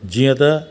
जीअं त